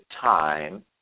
time